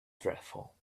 dreadful